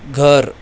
घर